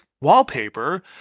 wallpaper